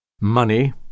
Money